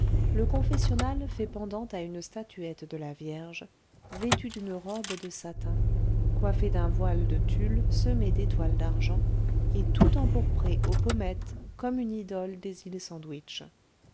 le confessionnal fait pendant à une statuette de la vierge vêtue d'une robe de satin coiffée d'un voile de tulle semé d'étoiles d'argent et tout empourprée aux pommettes comme une idole des îles sandwich